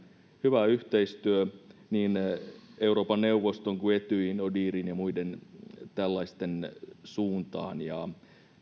hyvä yhteistyö niin euroopan neuvoston kuin etyjin odihrin ja muiden tällaisten suuntaan ja